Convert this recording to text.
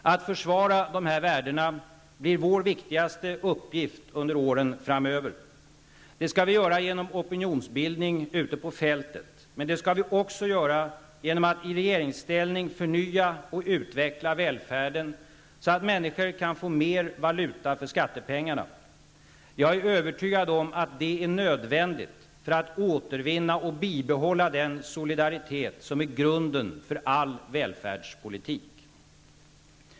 Att försvara de här värdena blir vår viktigaste uppgift under åren framöver. Det skall vi göra genom opinionsbildning ute på fältet. Men det skall vi också göra genom att i regeringsställning förnya och utveckla välfärden, så att människor kan få mer valuta för skattepengarna. Jag är övertygad om att det är nödvändigt för att återvinna och bibehålla den solidaritet som är grunden för all välfärdspolitik.